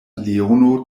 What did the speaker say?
leono